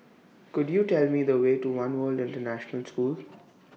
Could YOU Tell Me The Way to one World International School